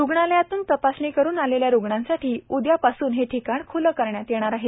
रुग्णालयातून तपासणी करून आलेल्या रुग्णांसाठी उदयापासून हे ठिकाण ख्ले करण्यात येणार आहे